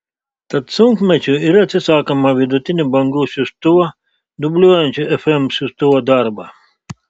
tad sunkmečiu ir atsisakoma vidutinių bangų siųstuvo dubliuojančio fm siųstuvo darbą